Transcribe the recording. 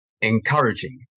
encouraging